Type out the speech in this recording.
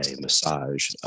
massage